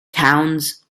towns